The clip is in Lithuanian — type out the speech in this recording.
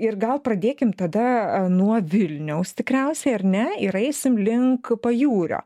ir gal pradėkim tada nuo vilniaus tikriausiai ar ne ir eisim link pajūrio